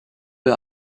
peu